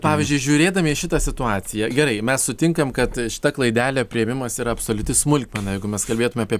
pavyzdžiui žiūrėdami į šitą situaciją gerai mes sutinkam kad šita klaidelė priėmimas yra absoliuti smulkmena jeigu mes kalbėtume apie